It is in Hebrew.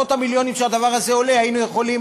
בעשרות המיליונים שהדבר הזה עולה היינו יכולים